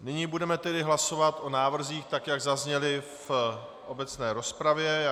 Nyní budeme tedy hlasovat o návrzích, jak zazněly v obecné rozpravě.